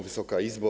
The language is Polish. Wysoka Izbo!